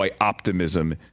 optimism